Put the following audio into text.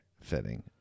fitting